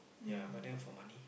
ya but then for money